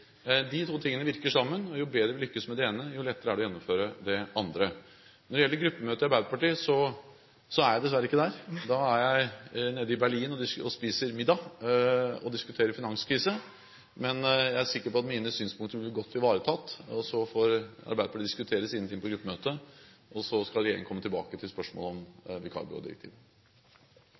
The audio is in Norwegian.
De to tingene virker sammen, og jo bedre vi lykkes med det ene, jo lettere er det å gjennomføre det andre. Når det gjelder gruppemøtet i Arbeiderpartiet, er jeg dessverre ikke der. Da er jeg nede i Berlin og spiser middag og diskuterer finanskrise. Men jeg er sikker på at mine synspunkter blir godt ivaretatt, og så får Arbeiderpartiet diskutere sine ting på gruppemøtet. Så skal regjeringen komme tilbake til spørsmålet om